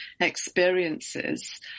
experiences